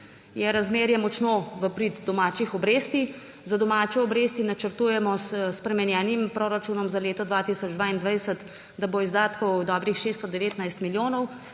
razmerje močno v prid domačih obresti. Za domače obresti načrtujemo s spremenjenim proračunom za leto 2022, da bo izdatkov dobrih 619 milijonov,